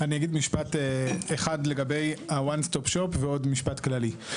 אני אגיד משפט אחד לגבי ה-"One Stop Shop" ועוד משפט כללי.